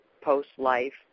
post-life